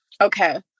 Okay